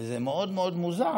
וזה מאוד מאוד מוזר,